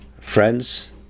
friends